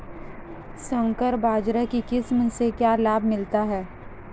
संकर बाजरा की किस्म से क्या लाभ मिलता है?